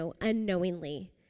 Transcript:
unknowingly